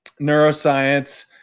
neuroscience